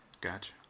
Gotcha